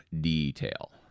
detail